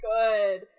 good